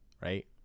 Right